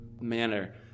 manner